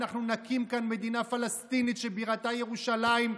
אנחנו נקים כאן מדינה פלסטינית שבירתה ירושלים,